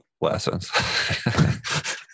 lessons